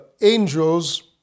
angels